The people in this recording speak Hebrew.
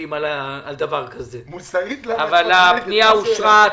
מפילים על דבר כזה אבל הפניה אושרה.